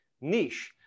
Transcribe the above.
niche